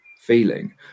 feeling